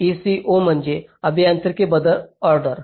ECO म्हणजे अभियांत्रिकी बदल ऑर्डर